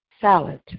salad